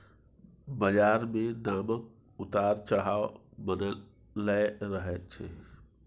बजार मे दामक उतार चढ़ाव बनलै रहय छै